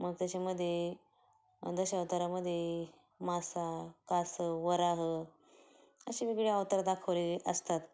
मग त्याच्यामध्ये अं दशावतारामध्ये मासा कासव वराह असे वेगवेगळे अवतार दाखवलेले असतात